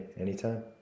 Anytime